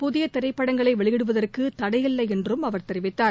புதியதிரைப்படங்களைவெளியிடுவதற்குதடையில்லைஎன்றும் அவர் தெரிவித்தார்